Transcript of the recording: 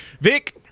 Vic